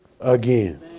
again